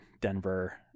Denver